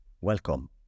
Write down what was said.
Welcome